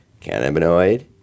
cannabinoid